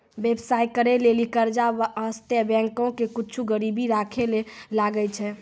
व्यवसाय करै लेली कर्जा बासतें बैंको के कुछु गरीबी राखै ले लागै छै